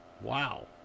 wow